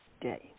day